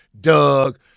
Doug